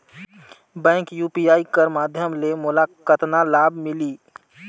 Bank UPI कर माध्यम ले मोला कतना लाभ मिली?